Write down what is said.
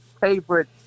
favorite